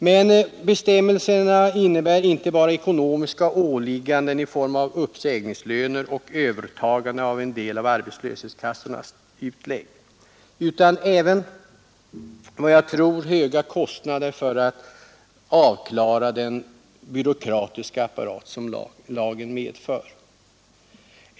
Men bestämmelserna innebär inte bara ekonomiska åligganden i form av uppsägningslöner och övertagande av en del av arbetslöshetskassornas utlägg utan även, vad jag tror, höga kostnader för att avklara den byråkratiska apparat som lagen medför.